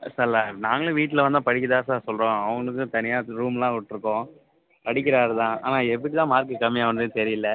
sir இல்லை நாங்களும் வீட்டில் வந்தால் படிக்க தான் சார் சொல்கிறோம் அவனுக்கும் தனியாக ரூம்லாம் விட்டுருக்கோம் படிக்கிறாரு தான் ஆனால் எப்படி தான் மார்க்கு கம்மியானதுனே தெரியல